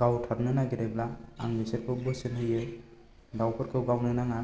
गावथारनो नागेरोब्ला आं बिसोरखौ बोसोन होयो दावफोरखौ गावनो नाङा